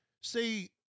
see